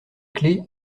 clefs